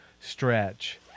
stretch